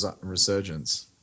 Resurgence